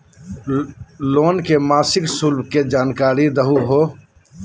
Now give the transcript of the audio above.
Loan के मासिक शुल्क के जानकारी दहु हो?